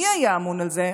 מי היה אמון על זה?